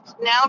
now